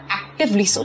actively